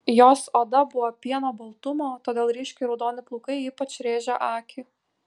jos oda buvo pieno baltumo todėl ryškiai raudoni plaukai ypač rėžė akį